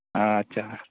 ᱟᱪᱪᱷᱟ